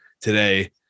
today